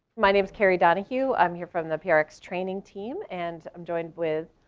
my name is kerry donahue, i'm here from the prx training team and i'm joined with.